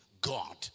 God